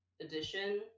edition